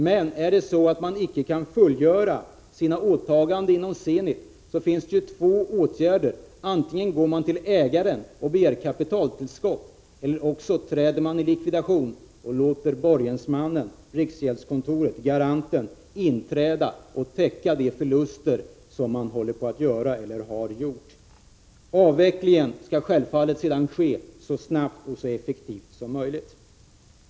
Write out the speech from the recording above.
Men kan man icke fullgöra sina åtaganden inom Zenit finns det två åtgärder att vidta. Antingen går man till ägaren och begär kapitaltillskott eller också träder man i likvidation och låter borgensmannen — garanten riksgäldskontoret — inträda och täcka de förluster som man håller På att göra eller har gjort. Avvecklingen skall självfallet sedan ske så snabbt och så effektivt som möjligt.